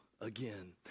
again